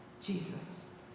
Jesus